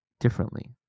differently